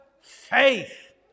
faith